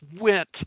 went